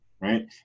Right